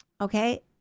Okay